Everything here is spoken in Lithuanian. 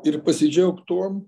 ir pasidžiaugt tuom